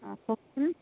অঁ কওকচোন